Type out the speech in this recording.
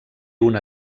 una